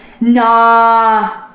nah